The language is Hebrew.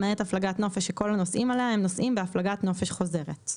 למעט הפלגת נופש שכל הנוסעים עליה הם נוסעים בהפלגת נופש חוזרת,